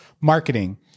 marketing